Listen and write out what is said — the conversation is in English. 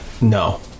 No